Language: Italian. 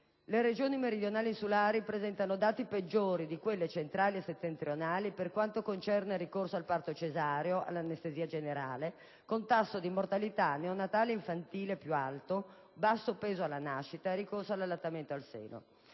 Le Regioni meridionali e insulari presentano dati peggiori di quelle centrali e settentrionali per quanto concerne il ricorso al parto cesareo e all'anestesia generale, il tasso di mortalità neonatale e infantile, il basso peso alla nascita, il ricorso all'allattamento al seno.